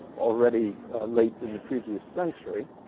already late in the previous century.